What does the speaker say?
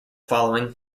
following